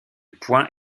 point